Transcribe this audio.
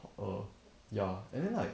err ya and then like